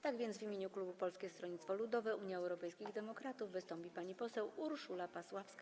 Tak więc w imieniu klubu Polskiego Stronnictwa Ludowego - Unii Europejskich Demokratów wystąpi pani poseł Urszula Pasławska.